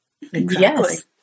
Yes